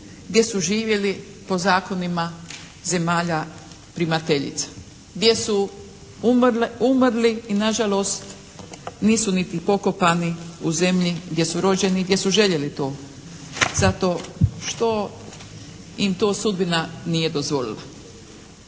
gdje su živjeli po zakonima zemalja primateljica, gdje su umrli i na žalost nisu niti pokopani u zemlji gdje su rođeni, gdje su željeli to zato što im to sudbina nije dozvolila.